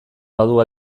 badu